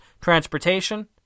transportation